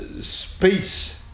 Space